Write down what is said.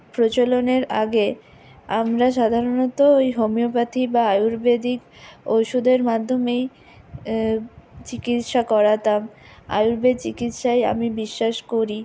প্রচলনের আগে আমরা সাধারণত ওই হোমিওপ্যাথি বা আয়ুর্বেদিক ঔষধের মাধ্যমেই চিকিৎসা করাতাম আয়ুর্বেদ চিকিৎসায় আমি বিশ্বাস করি